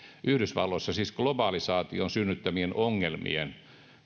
yhdysvalloissa siis globalisaation synnyttämien ongelmien